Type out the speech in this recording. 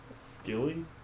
Skilly